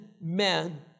men